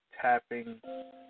tapping